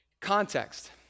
context